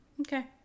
Okay